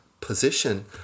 position